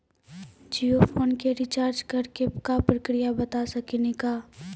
Jio phone के recharge करे के का प्रक्रिया बता साकिनी का?